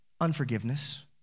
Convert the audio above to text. Unforgiveness